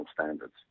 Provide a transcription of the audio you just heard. standards